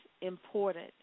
important